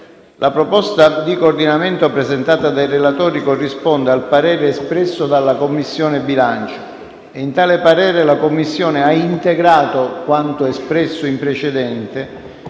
La proposta di coordinamento presentata dai relatori corrisponde al parere espresso dalla Commissione bilancio. In tale parere la Commissione ha integrato quanto espresso in precedenza,